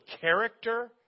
character